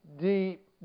deep